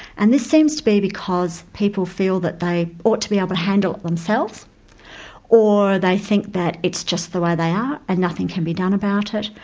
and this seems to be because people feel that they ought to be able to handle it themselves or they think that it's just the way they are and nothing can be done about it.